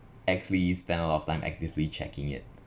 actually spend a lot of time actively checking it